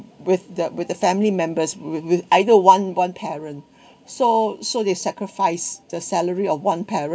with the with the family members with with either one one parent so so they sacrifice the salary of one parent